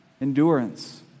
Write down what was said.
Endurance